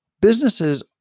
businesses